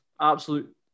absolute